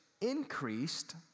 increased